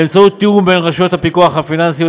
באמצעות תיאום בין רשויות הפיקוח הפיננסיות,